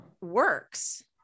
works